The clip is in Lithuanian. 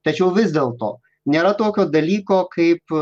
tačiau vis dėlto nėra tokio dalyko kaip